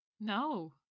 No